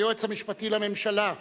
היועץ המשפטי לממשלה,